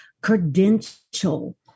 credential